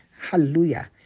Hallelujah